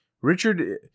Richard